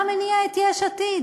מה מניע את יש עתיד?